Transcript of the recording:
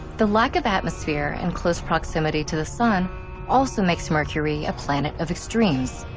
the lack of atmosphere and close proximity to the sun also makes mercury a planet of extremes.